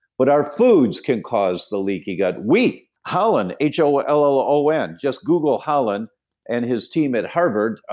but our foods can cause the leaky gut wheat. hollon, h o ah l l o n, just google hollon and his team at harvard,